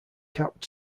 capped